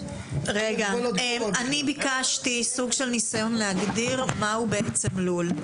אני ביקשתי סוג של ניסיון להגדיר מהו בעצם לול.